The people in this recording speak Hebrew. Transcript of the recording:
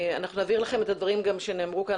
אנחנו נעביר לכם את הדברים שנאמרו כאן